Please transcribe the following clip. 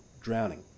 drowning